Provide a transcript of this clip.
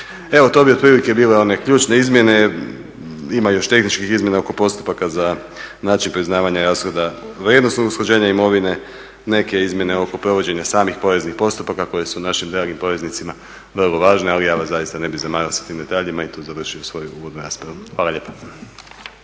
Evo to bi otprilike bile one ključne izmjene. Ima još tehničkih izmjena oko postupaka za način priznavanja rashoda vrijednosnog usklađenja imovine. Neke izmjene oko provođenja samih poreznih postupaka koje su našim dragim poreznicima vrlo važne. Ali ja vas zaista ne bih zamarao sa tim detaljima i tu završavam svoju uvodnu raspravu. Hvala lijepa.